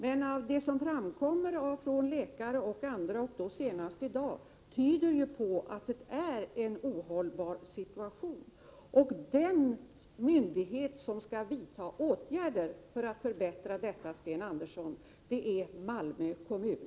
Men det som har anförts av läkare och andra, senast i dag, tyder ju på att det är en ohållbar situation. Och den myndighet som skall vidta åtgärder för att förbättra denna situation, Sten Andersson, är Malmö kommun.